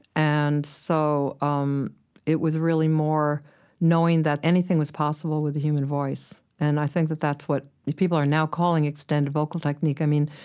and so um it was really more knowing that anything was possible with the human voice. voice. and i think that that's what people are now calling extended vocal technique. i mean,